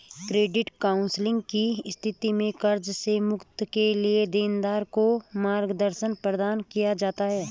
credit counselling की स्थिति में कर्ज से मुक्ति के लिए देनदार को मार्गदर्शन प्रदान किया जाता है